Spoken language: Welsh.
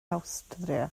awstria